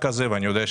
מה אנחנו חושבים,